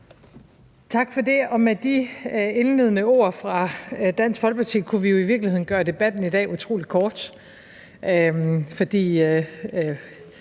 Tak for det. Og med de indledende ord fra Dansk Folkeparti kunne vi i virkeligheden gøre debatten i dag utrolig kort,